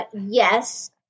Yes